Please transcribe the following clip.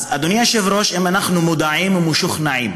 אז, אדוני היושב-ראש, אם אנחנו מודעים, ומשוכנעים